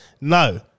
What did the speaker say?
No